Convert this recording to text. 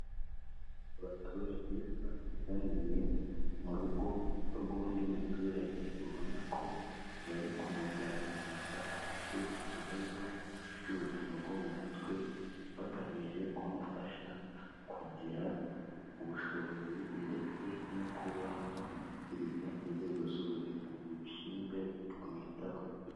Abaturage bateraniye mu rugo rw'undi muturage ubona ko bari kumuganiriza afite ikibazo cy'ubuzima bwo mu mutwe, bagamije kumufasha kugira ubushobozi ndetse no kuba bamushyikiriza inzego z'ubuzima zibishinzwe zikamwitaho.